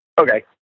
Okay